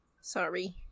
Sorry